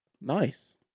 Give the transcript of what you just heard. Nice